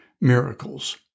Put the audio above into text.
miracles